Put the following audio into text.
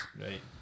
right